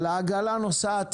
אבל "העגלה נוסעת,